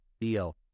deal